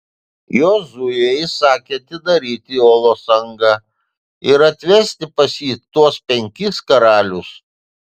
jozuė įsakė atidaryti olos angą ir atvesti pas jį tuos penkis karalius